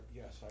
yes